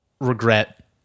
regret